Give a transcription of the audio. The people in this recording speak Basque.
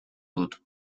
dut